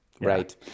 Right